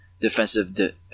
defensive